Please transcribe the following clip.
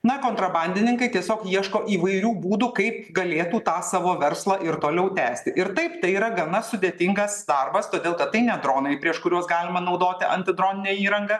na kontrabandininkai tiesiog ieško įvairių būdų kaip galėtų tą savo verslą ir toliau tęsti ir taip tai yra gana sudėtingas darbas todėl kad tai ne dronai prieš kuriuos galima naudoti antidroninę įrangą